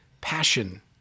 passion